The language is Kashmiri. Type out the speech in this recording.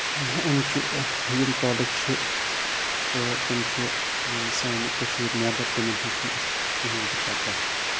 یِم چھِ یِم کۄلہٕ چھِ تہٕ تِم چھِ سانہِ کٔشیٖر نیٚبر تِمن ہٕنٛز چھَنہٕ اَسہِ کِہیٖنٛۍ تہِ پَتاہ